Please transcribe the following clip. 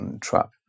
trap